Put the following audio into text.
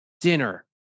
dinner